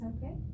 Okay